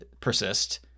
persist